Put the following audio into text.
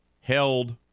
held